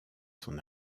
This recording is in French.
son